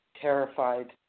terrified